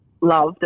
loved